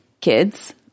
kids